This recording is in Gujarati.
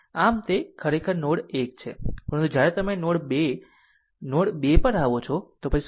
આમ આ તે ખરેખર નોડ 1 છે પરંતુ જ્યારે તમે નોડ 2 નોડ 2 પર આવો છો તો પછી શું થશે